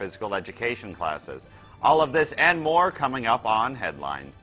physical education classes all of this and more coming up on headline